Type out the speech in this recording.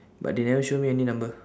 but they never show me any number